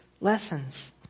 lessons